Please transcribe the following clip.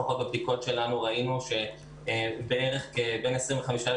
לפחות בבדיקות שלנו ראינו שבין 30-25%